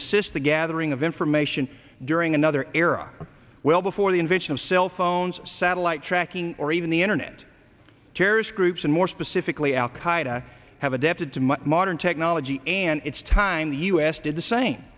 assist the gathering of information during another era well before the invention of cellphones satellite tracking or even the internet terrorist groups and more specifically al qaida have adapted to much modern technology and it's time the u s did the same